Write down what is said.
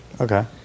okay